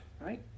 Right